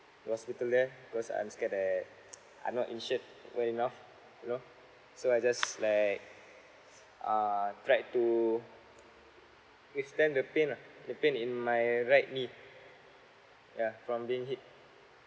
hospital there because I'm scared that I'm not insured well enough you know so I just like uh tried to withstand the pain lah the pain in my right knee yeah from being hit